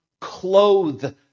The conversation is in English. clothe